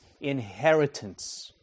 inheritance